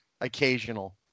occasional